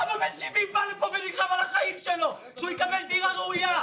אבא בן 70 בא לפה ונלחם על החיים שלו שהוא יקבל דירה ראויה.